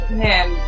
man